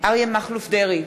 אריה מכלוף דרעי,